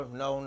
no